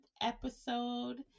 episode